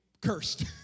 cursed